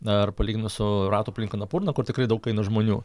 ar palyginus su ratu aplink anapurną kur tikrai daug aina žmonių